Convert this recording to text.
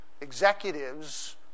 executives